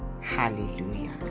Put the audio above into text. Hallelujah